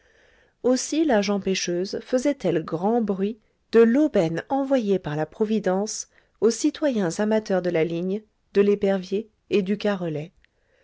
aussi la gent pêcheuse faisait-elle grand bruit de l'aubaine envoyée par la providence aux citoyens amateurs de la ligne de l'épervier et du carrelet